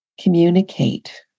communicate